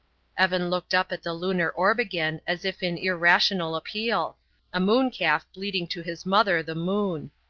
evan looked up at the lunar orb again as if in irrational appeal a moon calf bleating to his mother the moon.